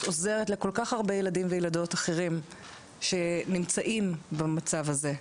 את עוזרת לכל כך הרבה ילדים וילדות אחרים שנמצאים במצב הזה,